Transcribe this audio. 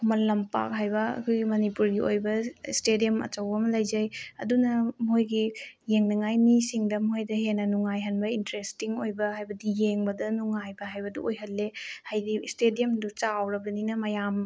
ꯈꯨꯃꯜ ꯂꯝꯄꯥꯛ ꯍꯥꯏꯕ ꯑꯩꯈꯣꯏꯒꯤ ꯃꯅꯤꯄꯨꯔꯒꯤ ꯑꯣꯏꯕ ꯏꯁꯇꯦꯗꯤꯌꯝ ꯑꯆꯧꯕ ꯑꯃ ꯂꯩꯖꯩ ꯑꯗꯨꯅ ꯃꯣꯏꯒꯤ ꯌꯦꯡꯅꯤꯡꯉꯥꯏ ꯃꯤꯁꯤꯡꯗ ꯃꯣꯏꯗ ꯍꯦꯟꯅ ꯅꯨꯡꯉꯥꯏꯍꯟꯕ ꯏꯟꯇꯔꯦꯁꯇꯤꯡ ꯑꯣꯏꯕ ꯍꯥꯏꯕꯗꯤ ꯌꯦꯡꯕꯗ ꯅꯨꯡꯉꯥꯏꯕ ꯍꯥꯏꯕꯗꯨ ꯑꯣꯏꯍꯜꯂꯦ ꯍꯥꯏꯗꯤ ꯏꯁꯇꯦꯗꯤꯌꯃꯗꯨ ꯆꯥꯎꯔꯕꯅꯤꯅ ꯃꯌꯥꯝ